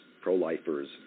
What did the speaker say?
pro-lifers